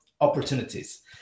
opportunities